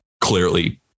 clearly